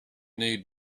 need